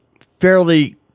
fairly